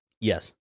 Yes